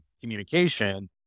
communication